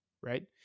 Right